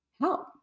help